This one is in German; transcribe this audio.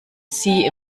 sie